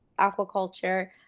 aquaculture